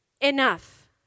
Enough